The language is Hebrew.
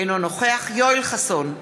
אינו נוכח יואל חסון,